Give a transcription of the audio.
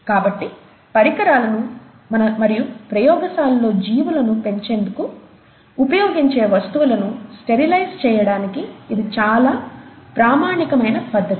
కాబట్టి పరికరాలను మరియు ప్రయోగశాలలో జీవులను పెంచేందుకు ఉపయోగించే వస్తువులను స్టెరిలైజ్ చేయడానికి ఇది చాలా ప్రామాణికమైన పద్దతి